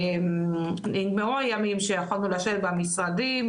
נגמרו הימים שיכולנו לשבת במשרדים,